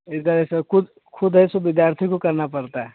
इधर है सो ख़ुद ख़ुद है सो विद्यार्थी को करना पड़ता है